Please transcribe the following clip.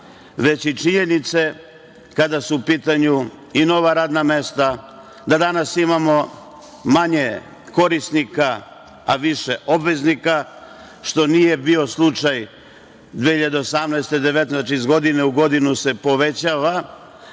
već i činjenice kada su u pitanju i nova radna mesta, da danas imamo manje korisnika, a više obveznika, što nije bio slučaj 2018, 2019. godine, znači, iz godine